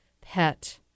pet